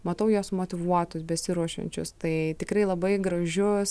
matau juos motyvuotus besiruošiančius tai tikrai labai gražius